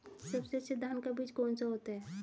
सबसे अच्छा धान का बीज कौन सा होता है?